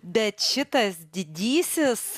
bet šitas didysis